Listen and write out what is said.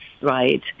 right